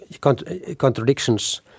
contradictions